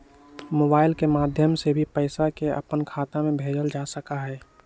mobile के माध्यम से भी पैसा के अपन खाता में भेजल जा सका हई